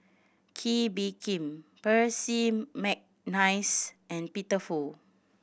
Kee Bee Khim Percy McNeice and Peter Fu